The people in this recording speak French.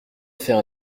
fait